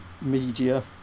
media